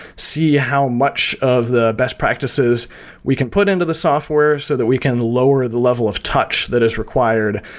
see how much of the best practices we can put into the software so that we can lower the level of touch that is required,